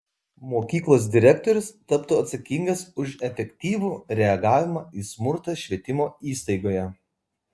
mokyklos direktorius taptų atsakingas už efektyvų reagavimą į smurtą švietimo įstaigoje